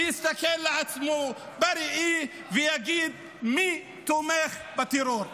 שיסתכל על עצמו בראי ויגיד מי תומך בטרור.